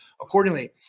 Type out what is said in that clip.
accordingly